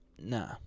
Nah